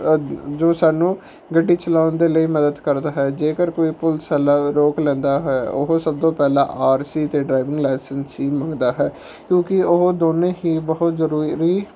ਜੋ ਸਾਨੂੰ ਗੱਡੀ ਚਲਾਉਣ ਦੇ ਲਈ ਮਦਦ ਕਰਦਾ ਹੈ ਜੇਕਰ ਕੋਈ ਪੁਲਿਸ ਵਾਲਾ ਰੋਕ ਲੈਂਦਾ ਹੈ ਉਹ ਸਭ ਤੋਂ ਪਹਿਲਾਂ ਆਰ ਸੀ ਅਤੇ ਡਰਾਈਵਿੰਗ ਲਾਇਸੈਂਸ ਹੀ ਮੰਗਦਾ ਹੈ ਕਿਉਂਕਿ ਉਹ ਦੋਨੇ ਹੀ ਬਹੁਤ ਜ਼ਰੂਰੀ